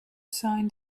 sign